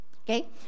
okay